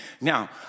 Now